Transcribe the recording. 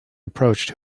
approached